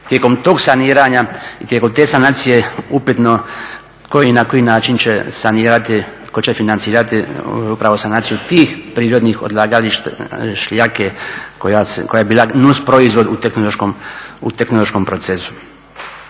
tijekom tog saniranja i tijekom te sanacije upitno tko i na koji način će sanirati, tko će financirati upravo sanaciju tih prirodnih odlagališta šljake koja je bila nusproizvod u tehnološkom procesu.